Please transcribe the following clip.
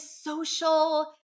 social